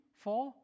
Four